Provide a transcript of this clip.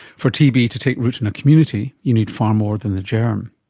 for tb to take root in a community, you need far more than the germ.